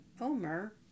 omer